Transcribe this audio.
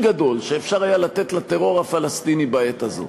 גדול שאפשר לתת לטרור הפלסטיני בעת הזאת.